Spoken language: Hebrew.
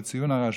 בציון הרשב"י,